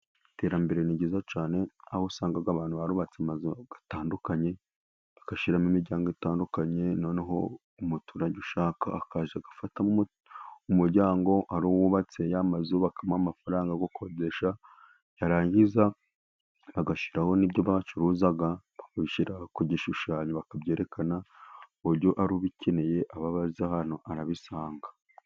Iterambere ni ryiza cyane aho usanga abantu barubatse amazu atandukanye . Bashiramo imiryango itandukanye noneho umuturage ashaka akaza agafata umuryango . Ari uwubatse ya mazu bakamuha amafaranga yo gukodesha, yarangiza agashyiraho ibyo bacuruza bakabishyira ku gishushanyo bakabyerekana. Ku buryo ari ubikeneye aba azi ahantu arabisanga.